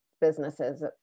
businesses